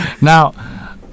Now